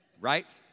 Right